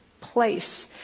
place